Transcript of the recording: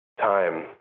time